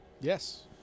Yes